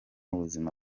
ubuzima